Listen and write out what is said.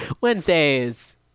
wednesdays